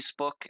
Facebook